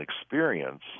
experience